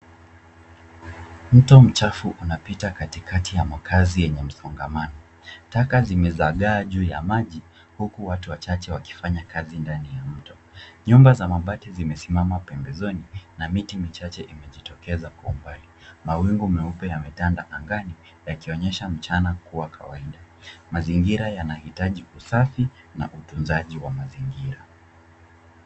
Mtu mchafu unapita katikati ya makaazi yenye msongamano. Taka zimezagaa juu ya maji huku watu wachache wakifanya kazi ndani ya mto. Nyumba za mabati zimesimama pembezoni na miti michache imejitokeza kwa umbali. Mawingu meupe yametanda angani yakionyesha mchana kuwa kawaida. Mazingira yanahitaji usafi na utunzaji wa mazingira.